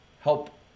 help